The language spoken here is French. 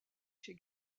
chez